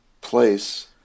place